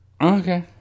Okay